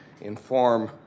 inform